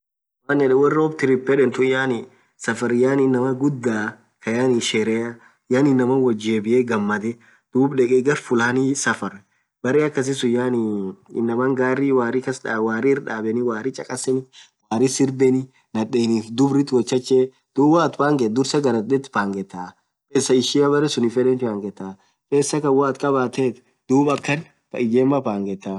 Won road trip yedhen tun yaani safar yaani inamaa ghudhaa Kaa yaani sherea inamaan woth jebiyee ghamadhee dhub dheke gar fulani safare berre akasisun yaani inaman garri warri kasdhabe warri dhabe warri chakasen warri sirr benni nadhenif dhubr woth chache dhub waath pangethu dhursaa garr athin dhethu pangethaa pesaa ishia berre sunn fedhen changetha pesa Khan woathin khabthethu dhub akhan ijemaa pangethaa